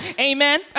Amen